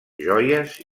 joies